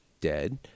dead